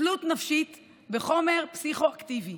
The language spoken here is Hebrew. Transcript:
תלות נפשית בחומר פסיכו-אקטיבי,